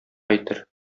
әйтер